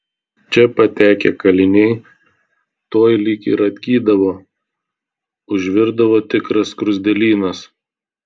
čia patekę kaliniai tuoj lyg ir atgydavo užvirdavo tikras skruzdėlynas